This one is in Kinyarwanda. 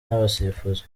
n’abasifuzi